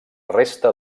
resta